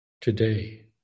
today